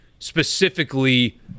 specifically